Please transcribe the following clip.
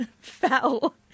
fell